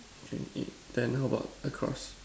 okay eight then how about the cross